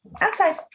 outside